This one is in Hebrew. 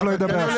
זה.